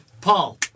Paul